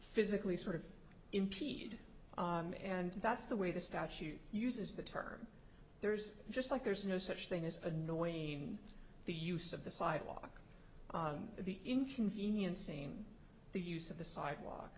physically sort of impede and that's the way the statute uses the term there's just like there's no such thing as a noise in the use of the sidewalk the inconveniencing the use of the sidewalk